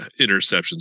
interceptions